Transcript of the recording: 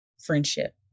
friendship